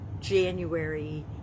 January